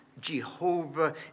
Jehovah